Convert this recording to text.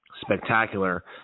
spectacular